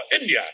India